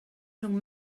rhwng